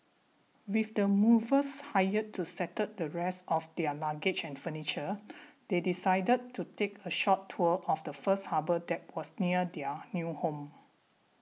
with the movers hired to settle the rest of their luggage and furniture they decided to take a short tour of the first harbour that was near their new home